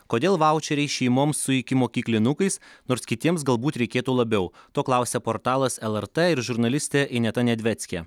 kodėl vaučeriai šeimoms su ikimokyklinukais nors kitiems galbūt reikėtų labiau to klausia portalas el er t ir žurnalistė ineta nedveckė